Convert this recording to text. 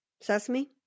Sesame